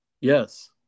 Yes